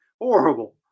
Horrible